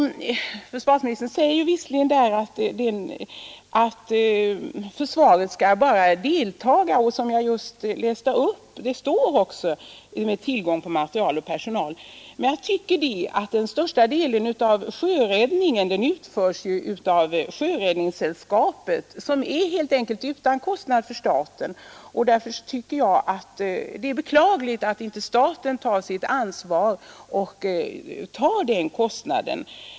Försvarsministern säger att försvaret bara skall delta i mån av tillgång på materiel och personal, och det läste jag ju också upp. Största delen av sjöräddningen utförs ju av Sjöräddningssällskapet utan kostnad för staten, och därför tycker jag det är beklagligt att inte staten tar sitt ansvar och bestrider denna kostnad.